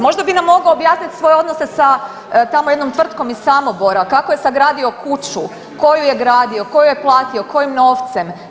Možda bi nam mogao objasniti svoje odnose sa tamo jednom tvrtkom iz Samobora kako je sagradio kuću, tko ju je gradio, tko ju je platio, kojim novcem?